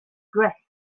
dressed